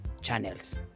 channels